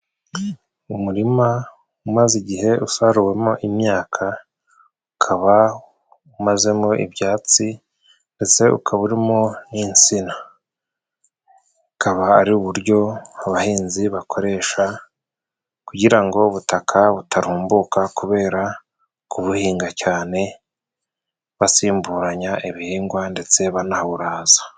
Umurima umaze igihe usaruwemo imyaka, ukaba umazemo ibyatsi ndetse ukaba urimo n'insina. Bukaba ari uburyo abahinzi bakoresha kugira ngo ubutaka butarumbuka kubera kubuhinga cyane basimburanya ibihingwa ndetse banawurahaza.